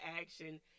action